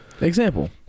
Example